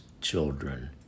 children